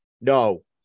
no